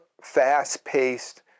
fast-paced